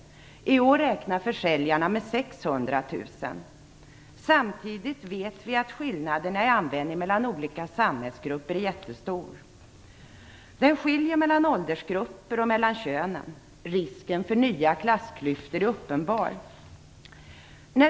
I år räknar försäljarna med 600 000. Samtidigt vet vi att skillnaderna i användning mellan olika samhällsgrupper är mycket stor. Det finns skillnader mellan olika åldersgrupper och mellan könen. Risken för nya klassklyftor är uppenbar.